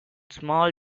small